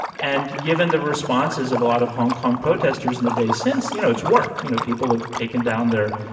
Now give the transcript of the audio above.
and given the responses of a lot of hong kong protesters in the days since, you know, it's worked. you know, people have taken down their,